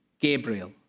Gabriel